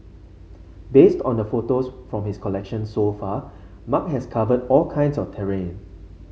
based on the photos from his collection so far Mark has covered all kinds of terrain